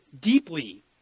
deeply